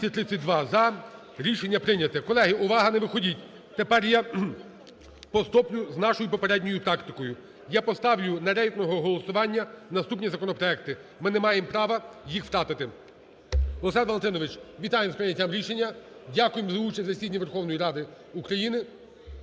Олександре Валентиновичу, вітаємо з прийняттям рішення. Дякуємо за участь у засіданні Верховної Ради України.